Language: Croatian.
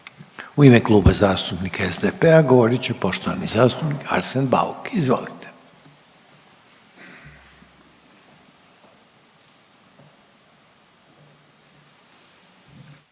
U ime Kluba zastupnika HDZ-a govorit će poštovana zastupnica Marija Jelkovac, izvolite.